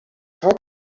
hard